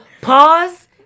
pause